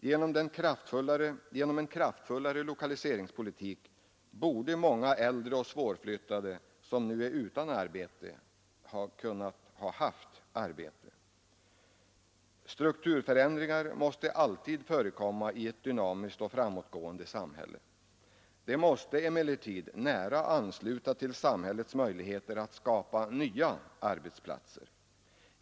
Genom en kraftfullare lokaliseringspolitik borde många äldre och svårflyttade, som nu är utan arbete, ha kunnat ha arbete. Strukturförändringar måste alltid förekomma i ett dynamiskt och framåtgående samhälle. De måste emellertid nära ansluta till samhällets möjligheter att skapa nya arbetsplatser.